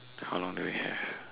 how long do we have